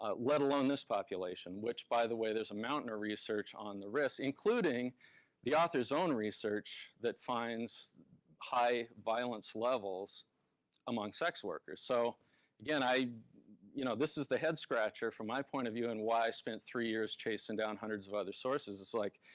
ah let alone this population, which, by the way, there's a mountain of research on the risks, including the author's own research that finds high violence levels among sex workers. so again, you know this is the head scratcher from my point of view and why i spent three years chasing down hundreds of other sources, it's like,